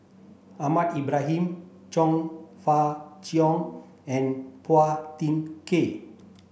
Ahmad Ibrahim Chong Fah Cheong and Phua Thin Kiay